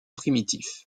primitif